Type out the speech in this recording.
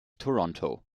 toronto